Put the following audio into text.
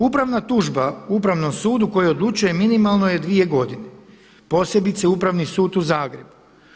Upravna tužba Upravnom sudu koji odlučuje minimalno je dvije godine posebice Upravni sud u Zagrebu.